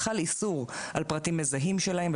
חל איסור על פרטים מזהים שלהם,